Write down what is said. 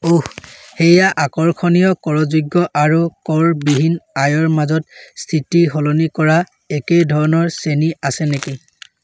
অহ সেয়া আকৰ্ষণীয় কৰযোগ্য আৰু কৰ বিহীন আয়ৰ মাজত স্থিতি সলনি কৰা একে ধৰণৰ শ্ৰেণী আছে নেকি